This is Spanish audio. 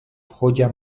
joya